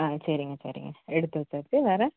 ஆ சரிங்க சரிங்க எடுத்து வச்சாச்சு வேறு